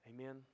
Amen